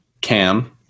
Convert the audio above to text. Cam